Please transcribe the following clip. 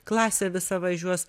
klasė visa važiuos